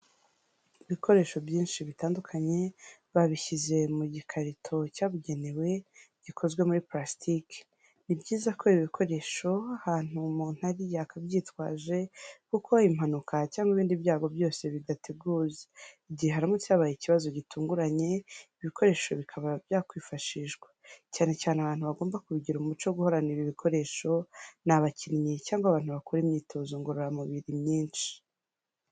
Ibikoresho byinshi bitandukanye, babishyize mu gikarito cyabugenewe, gikozwe muri purasitiki. Ni byiza ko ibi bikoresho ahantu umuntu ari, yakabyitwaje kuko impanuka cyangwa ibindi byago byose bidateguza. Igihe haramutse habaye ikibazo gitunguranye, ibi bikoresho bikaba byakwifashishwa. Cyane cyane abantu bagomba kubigira umuco wo guhorana ibi bikoresho, ni abakinnyi cyangwa abantu bakora imyitozo ngororamubiri nyinshi.